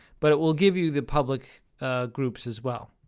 but it will give you the public groups as well.